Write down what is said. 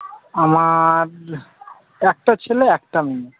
আমার একটা ছেলে একটা মেয়ে